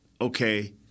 Okay